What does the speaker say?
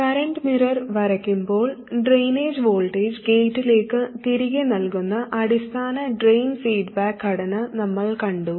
current mirror വരയ്ക്കുമ്പോൾ drainage voltage ഗേറ്റിലേക്ക് തിരികെ നൽകുന്ന അടിസ്ഥാന ഡ്രെയിൻ ഫീഡ്ബാക്ക് ഘടന നമ്മൾ കണ്ടു